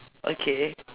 okay